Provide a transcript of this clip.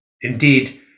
Indeed